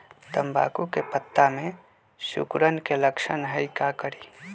तम्बाकू के पत्ता में सिकुड़न के लक्षण हई का करी?